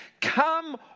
Come